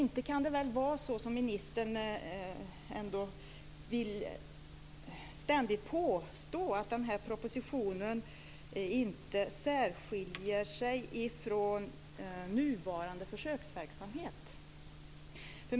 Inte kan det väl vara så som ministern ständigt påstår, att denna proposition inte särskiljer sig från nuvarande försöksverksamhet?